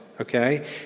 Okay